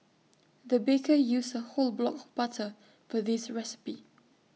the baker used A whole block of butter for this recipe